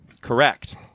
Correct